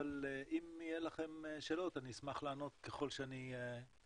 אבל אם יהיו לכם שאלות אני אשמח לענות ככל שאני יודע.